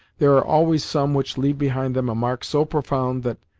there are always some which leave behind them a mark so profound that,